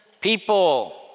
people